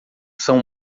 são